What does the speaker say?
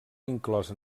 inclòs